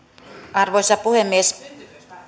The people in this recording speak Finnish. arvoisa puhemies